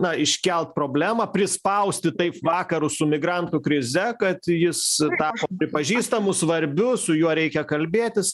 na iškelt problemą prispausti taip vakarus su migrantų krize kad jis tapo pripažįstamu svarbiu su juo reikia kalbėtis